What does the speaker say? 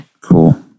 Cool